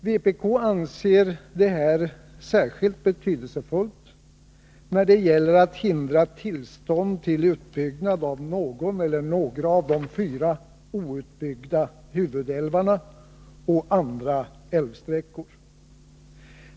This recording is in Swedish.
Vi anser detta särskilt betydelsefullt när det gäller att hindra tillstånd till utbyggnad av någon eller några av de fyra outbyggda huvudälvarna och andra älvsträckor.